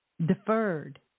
deferred